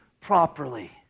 properly